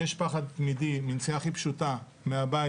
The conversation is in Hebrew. יש פחד תמידי מנסיעה הכי פשוטה מהבית,